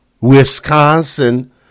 Wisconsin